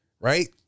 right